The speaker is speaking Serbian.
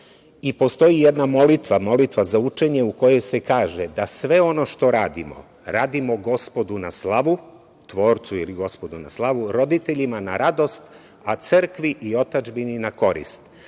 Postoji jedna molitva, molitva za učenje u kojoj se kaže da sve ono što radimo radimo Gospodu na slavu, Tvorcu ili Gospodu na slavu, roditeljima na radost, a Crkvi i otadžbini na korist.